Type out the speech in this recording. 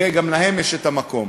וגם להן יש מקום.